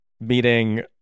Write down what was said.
meeting